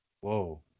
Whoa